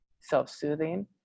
self-soothing